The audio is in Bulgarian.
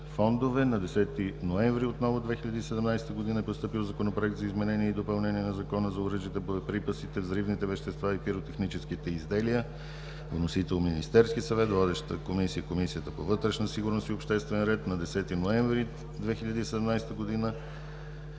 фондове. На 10 ноември 2017 г. е постъпил Законопроект за изменение и допълнение на Закона за оръжията, боеприпасите, взривните вещества и пиротехническите изделия. Вносител е Министерският съвет. Водеща е Комисията по вътрешна сигурност и обществен ред. На 10 ноември 2017 г.